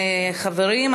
חברים,